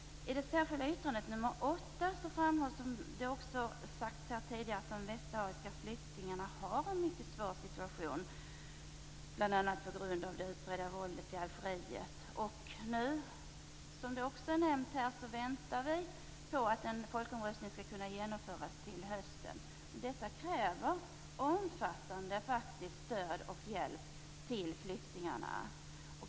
I det särskilda yttrandet nr 8 framhålls, som det sagts här tidigare, att de västsahariska flyktingarna har en mycket svår situation bl.a. på grund av det utbredda våldet i Algeriet. Nu väntar vi, även detta nämns här, på en folkomröstning till hösten. Men detta kräver faktiskt ett omfattande stöd och en omfattande hjälp till flyktingarna.